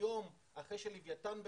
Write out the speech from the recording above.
היום, אחרי שלוויתן בפנים,